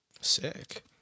Sick